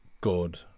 good